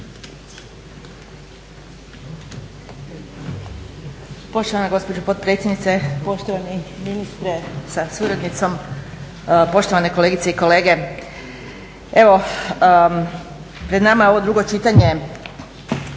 Poštovana gospođo potpredsjedniče, poštovani ministre sa suradnicom, poštovane kolegice i kolege. Evo, pred nama je ovo drugo čitanje